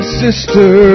sister